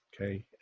okay